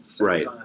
right